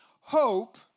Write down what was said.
hope